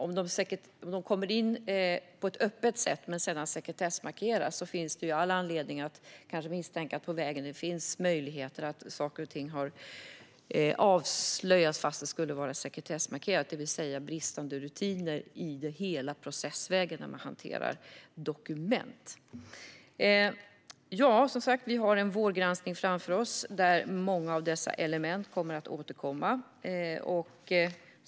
Om de kommer in på ett öppet sätt men sedan sekretessmarkeras finns det all anledning att kanske misstänka att saker och ting har avslöjats trots att de skulle vara sekretessmarkerade, det vill säga bristande rutiner under hela processvägen när man hanterar dokument. Vi har alltså en vårgranskning framför oss där många av dessa element kommer att återkomma.